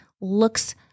looks